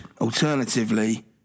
Alternatively